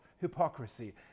hypocrisy